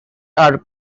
are